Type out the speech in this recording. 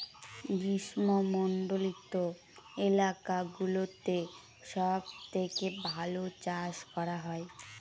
গ্রীষ্মমন্ডলীত এলাকা গুলোতে সব থেকে ভালো চাষ করা হয়